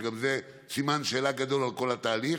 שגם זה סימן שאלה גדול על כל התהליך,